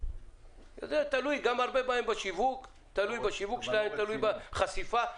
זה תלוי הרבה גם בהן, בשיווק שלהן ותלוי בחשיפה.